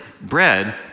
Bread